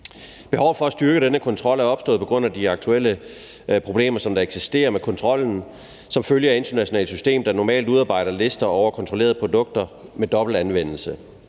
Behovet for at styrke denne kontrol er opstået på grund af de aktuelle problemer, der eksisterer med kontrollen som følge af et internationalt system, der normalt udarbejder lister over kontrollerede produkter med dobbelt anvendelse.